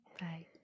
Bye